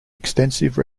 extensive